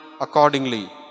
accordingly